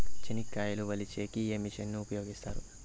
చెనక్కాయలు వలచే కి ఏ మిషన్ ను ఉపయోగిస్తారు?